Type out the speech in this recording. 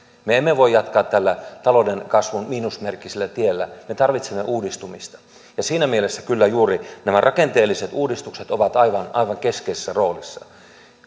me emme voi jatkaa tällä talouden kasvun miinusmerkkisellä tiellä me tarvitsemme uudistumista ja siinä mielessä kyllä juuri nämä rakenteelliset uudistukset ovat aivan aivan keskeisessä roolissa